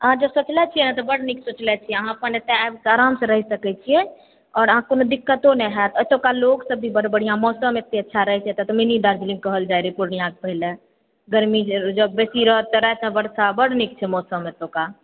अहाँ जे सोचले छियै तऽ बड्ड नीक सोचले छियै अहाँ एतए आबि कऽ आराम सँ रहि सकै छियै आओर अहाँके कोनो दिक्कतो नहि हैत एतुका लोक सब भी बहुत बढिऑं मौसम अत्ते अच्छा रहे छै मिनी दार्जलिंग कहल जाइ छै पूर्णियाँके ओहि लए गरमी जे बेशी रहत तऽ रातिमे बरखा बड्ड नीक मौसम छै एतुका